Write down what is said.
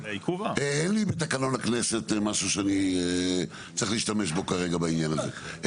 אין לי בתקנון הכנסת משהו שאני צריך להשתמש בו כרגע בעניין הזה.